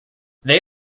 they